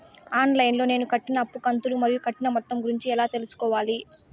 On line లో నేను కట్టిన అప్పు కంతులు మరియు కట్టిన మొత్తం గురించి ఎలా తెలుసుకోవాలి?